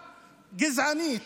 גזענית,